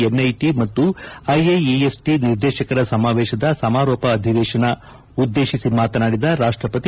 NIT ಮತ್ತು IIEST ನಿರ್ದೇಶಕರ ಸಮಾವೇಶದ ಸಮಾರೋಪ ಅಧಿವೇಶನ ಉದ್ದೇಶಿಸಿ ಮಾತನಾಡಿದ ರಾಷ್ಟಸತಿ